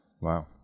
Wow